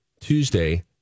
Tuesday